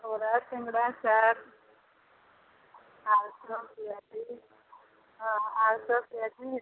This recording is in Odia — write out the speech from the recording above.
ବରା ସିଙ୍ଗଡ଼ା ଚାଟ୍ ଆଳୁଚପ ପିଆଜି ହଁ ଆଳୁଚପ ପିଆଜି